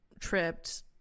tripped